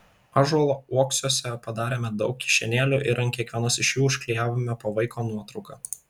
ąžuolo uoksuose padarėme daug kišenėlių ir ant kiekvienos iš jų užklijavome po vaiko nuotrauką